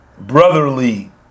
Brotherly